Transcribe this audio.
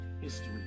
history